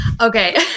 Okay